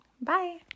Bye